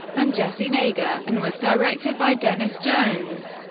and jesse nager, and was directed by denis jones.